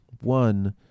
one